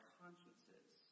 consciences